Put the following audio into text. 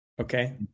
Okay